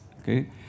okay